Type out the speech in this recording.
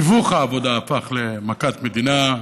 תיווך העבודה הפך למכת מדינה.